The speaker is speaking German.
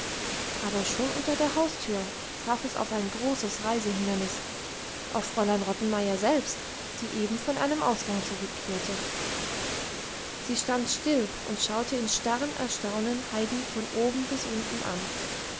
aber schon unter der haustür traf es auf ein großes reisehindernis auf fräulein rottenmeier selbst die eben von einem ausgang zurückkehrte sie stand still und schaute in starrem erstaunen heidi von oben bis unten an